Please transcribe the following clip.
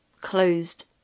closed